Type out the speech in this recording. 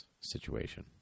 situation